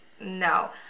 No